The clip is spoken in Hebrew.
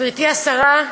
גברתי השרה,